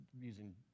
using